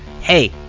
hey